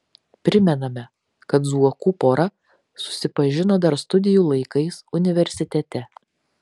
primename kad zuokų pora susipažino dar studijų laikais universitete